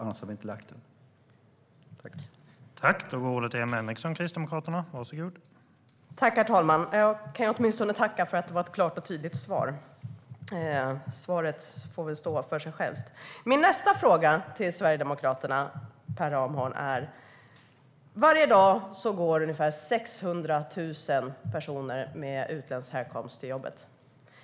Annars hade vi inte lagt fram vårt budgetförslag.